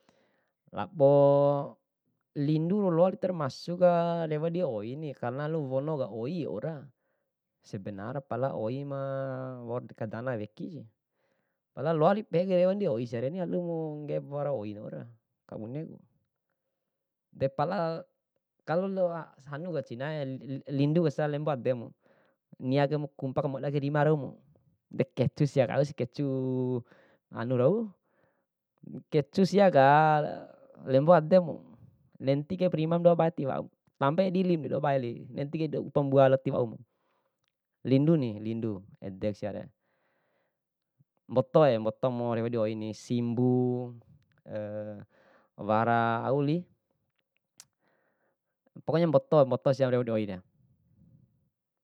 Laboo, lindu loa termasuk ka rewo di oi ni karena wono ka oi waura, sebenar pala oi ma waura kana weki si, pala loa dipehe kai wali oi siani alumu ngge'ep wara oi waura kabuneku, deh pala kalo loa hanu ka nicae lindu sura lembo ademu, nia kae kupa kamoda kani rima raumu, de kecu siaka ausiakecu anu rau, kecu siaka lembo adem, nenti kai rimamu dua bae ti waum, tamba ede dua bae wali nenti kae upa mboa lalo tiwaum. Lindu ni lindu ede siare, mbotoe mboto ma mori di oini, simbu wara ao wali pokoknya mboto bonto sia rewo di oina.